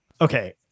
Okay